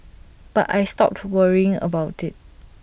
but I stopped worrying about IT